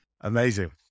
amazing